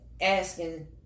asking